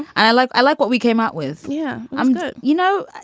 and i like. i like what we came out with. yeah, i'm good. you know,